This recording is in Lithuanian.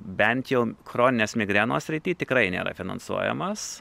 bent jau kroninės migrenos srity tikrai nėra finansuojamas